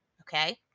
okay